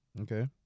Okay